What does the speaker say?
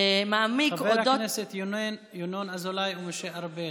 מעמיק, חברי הכנסת ינון אזולאי ומשה ארבל.